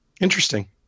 Interesting